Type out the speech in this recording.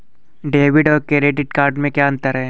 Debit और credit में क्या अंतर है?